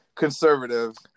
conservative